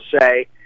say